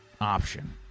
option